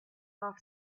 off